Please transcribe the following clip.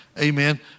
amen